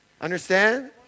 Understand